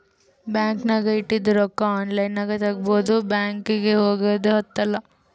bank ನಾಗ್ ಇಟ್ಟಿದು ರೊಕ್ಕಾ ಆನ್ಲೈನ್ ನಾಗೆ ತಗೋಬೋದು ಬ್ಯಾಂಕ್ಗ ಹೋಗಗ್ದು ಹತ್ತಲ್